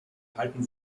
halten